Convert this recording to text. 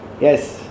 Yes